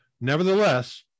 Nevertheless